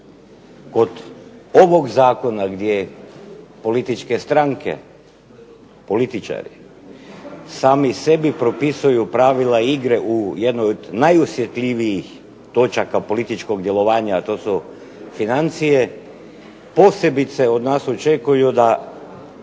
Kod ovog zakona gdje političke stranke političari sami sebi propisuju pravila igre u jednoj od najosjetljivijih točaka političkog djelovanja, a to su financije, posebice od nas očekuju da